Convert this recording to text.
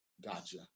Gotcha